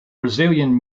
brazilian